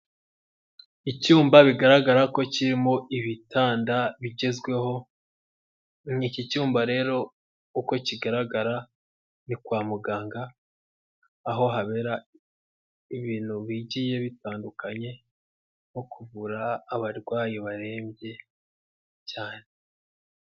Icyumba bigaragara ko kirimo ibitanda bigezweho, iki cyumba rero uko kigaragara ni kwa muganga aho habera ibintu bigiye bitandukanye nko kuvura abarwayi barembye cyane.